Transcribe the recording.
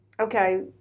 okay